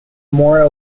more